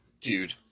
dude